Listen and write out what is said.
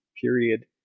period